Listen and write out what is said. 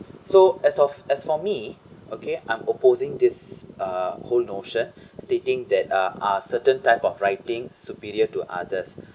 so as of as for me okay I'm opposing this uh whole notion stating that ah are certain type of writing superior to others